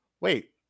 wait